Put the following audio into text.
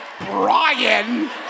Brian